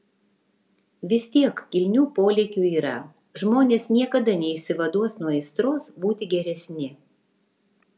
vis tiek kilnių polėkių yra žmonės niekada neišsivaduos nuo aistros būti geresni